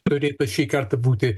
turėtų šį kartą būti